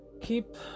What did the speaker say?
keep